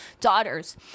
daughters